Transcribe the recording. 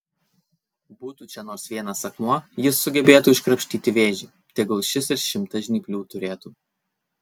būtų čia nors vienas akmuo jis sugebėtų iškrapštyti vėžį tegul šis ir šimtą žnyplių turėtų